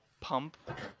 pump